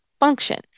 Function